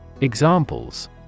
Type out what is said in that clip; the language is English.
Examples